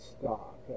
stock